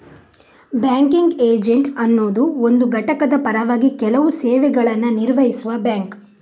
banking agent ಅನ್ನುದು ಒಂದು ಘಟಕದ ಪರವಾಗಿ ಕೆಲವು ಸೇವೆಗಳನ್ನ ನಿರ್ವಹಿಸುವ ಬ್ಯಾಂಕ್